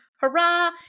Hurrah